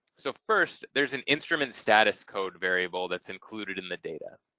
so first, there's an instrument status code variable that's included in the data.